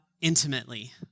intimately